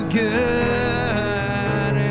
good